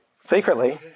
secretly